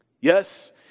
Yes